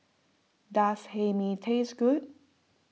does Hae Mee taste good